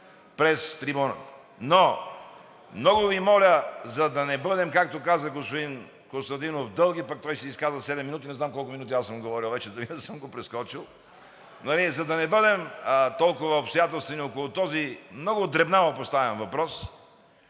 през трибуната. Но много Ви моля, за да не бъдем, както каза господин Костадинов, дълги, а пък той се изказва седем минути. Не знам колко минути аз съм говорил вече и дали не съм го прескочил? За да не бъдем толкова обстоятелствени около този много дребнаво поставен въпрос.